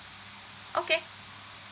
okay